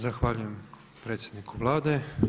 Zahvaljujem predsjedniku Vlade.